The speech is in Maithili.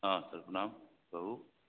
हँ सर प्रणाम कहू